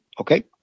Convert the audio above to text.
Okay